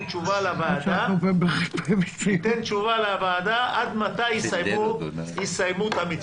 תשובה לוועדה עד מתי יסיימו את המתווה.